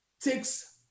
takes